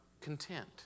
Content